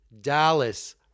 Dallas